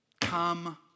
Come